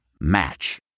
Match